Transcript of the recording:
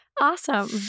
Awesome